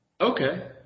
Okay